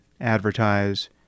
advertise